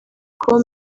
com